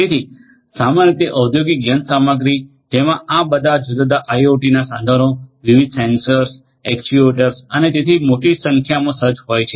તેથી સામાન્ય રીતે ઔદ્યોગિક યંત્રસામગ્રી જેમાં આ બધા જુદા જુદા આઇઓટી સાધનો વિવિધ સેન્સર એક્ચ્યુએટર્સ અને તેથી મોટી સંખ્યામાં સજ્જ હોય છે